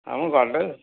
ମୁଁ ଗଲେ